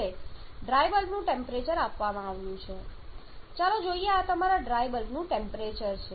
હવે ડ્રાય બલ્બનું ટેમ્પરેચર આપવામાં આવ્યું છે ચાલો જોઈએ કે આ તમારા ડ્રાય બલ્બનું ટેમ્પરેચર છે